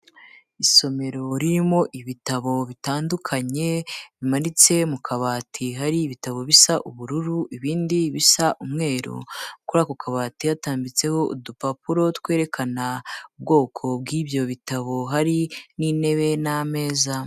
Isomero ririmo ibitabo bitandukanye bimanitse mu kabati: hari ibitabo bisa ubururu, ibindi bisa umweru; kuri ako kabati hatambitseho udupapuro twerekana ubwoko bw'ibyo bitabo, hari n'intebe n'ameza.